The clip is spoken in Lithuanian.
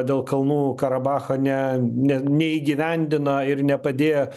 dėl kalnų karabacha ne ne neįgyvendino ir nepadėjo